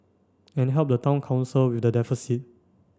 and help the Town Council with the deficit